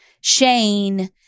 shane